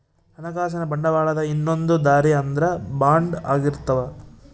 ಹಣಕಾಸಿನ ಬಂಡವಾಳದ ಇನ್ನೊಂದ್ ದಾರಿ ಅಂದ್ರ ಬಾಂಡ್ ಆಗಿರ್ತವ